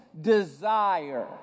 desire